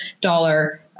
dollar